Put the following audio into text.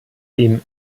ihm